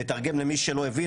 נתרגם למי שלא הבין,